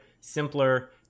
simpler